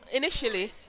initially